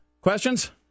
questions